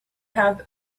have